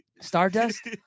Stardust